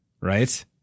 right